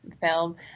film